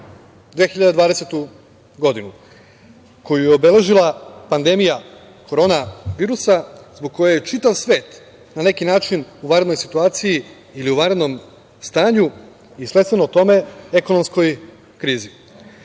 2020. godinu koju je obeležila pandemija korona virusa, a zbog koje je čitav svet, na neki način, u vanrednoj situaciji ili u vanrednom stanju i sledstveno tome ekonomskoj krizi.